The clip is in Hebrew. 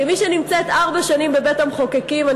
כמי שנמצאת ארבע שנים בבית-המחוקקים אני